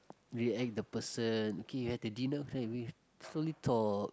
react the person okay we have the dinner okay we slowly talk